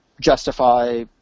justify